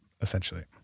essentially